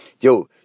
Yo